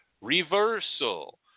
reversal